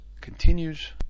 continues